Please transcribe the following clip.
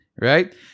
Right